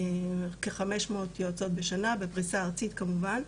כ-500 יועצות בשנה בפריסה ארצית כמובן.